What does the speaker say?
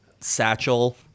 Satchel